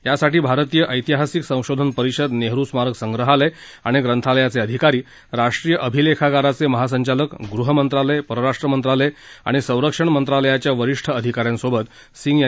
यासाठी भारतीय ऐतिहासिक संशोधन परिषद नेहरू स्मारक संग्रहालय आणि ग्रंथालयाचे आधिकारी राष्ट्रीय अभिलेखागाराचे महासंचालक गृह मंत्रालय परराष्ट्र मंत्रालय आणि संरक्षण मंत्रालयाच्या वरिष्ठ अधिकाऱ्यांसोबत सिंह यांनी काल नवी दिल्लीत बैठक घेतली